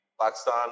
Pakistan